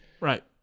right